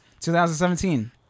2017